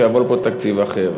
שיעבור פה תקציב אחר.